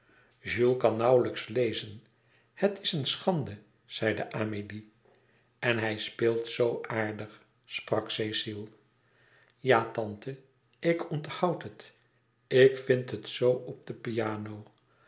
jules kan nauwlijks lezen het is een schande zei amélie en hij speelt zoo aardig sprak cecile ja tante ik onthoud het ik vind het zoo op de piano